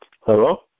Hello